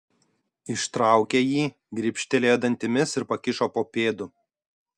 ištraukė jį gribštelėjo dantimis ir pakišo po pėdu